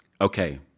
okay